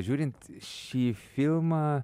žiūrint šį filmą